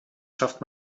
schafft